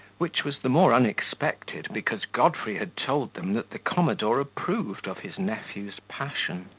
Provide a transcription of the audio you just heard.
which was the more unexpected, because godfrey had told them that the commodore approved of his nephew's passion.